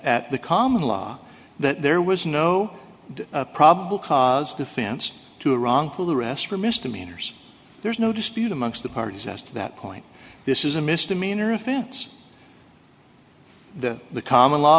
at the common law that there was no probable cause defense to run full arrest for misdemeanors there's no dispute amongst the parties as to that point this is a misdemeanor offense that the common law